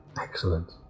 Excellent